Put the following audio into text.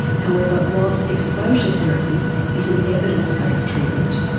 however, whilst exposure therapy is an evidence based treatment,